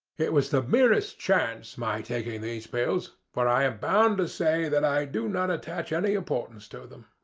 it was the merest chance my taking these pills, for i am bound to say that i do not attach any importance to them.